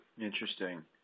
Interesting